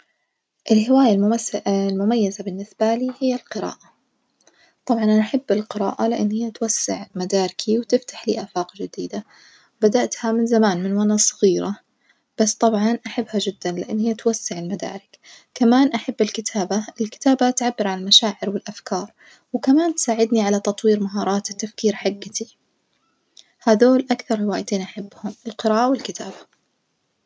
الهواية الممث المميزة بالنسبة لي هي القراءة، طبعًا أنا أحب القراءة لأن هي توسعمداركي وتفتح لي آفاق جديدة، بدأتها من زان من وأنا صغيرة بس طبعًا أحبها جدًا لأن هي توسع المدارك، كمان أحب الكتابة، الكتابة تعبر عن المشاعر والأفكار وكمان تساعدني على تطوير مهارات التفكير حجتي، هذول أكثر هوايتين أحبهم القراءة والكتابة.